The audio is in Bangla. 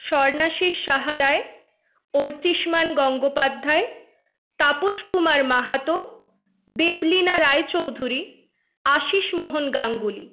স্বর্ণাশিস সাহা রায় অর্চিষ্মান গঙ্গোপাধ্যায় তাপস কুমার মাহাতো দেবলীনা রায়চৌধুরী আশিসমোহন গাঙ্গুলি